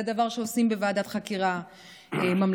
זה דבר שעושים בוועדת חקירה ממלכתית,